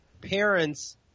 parents